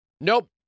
Nope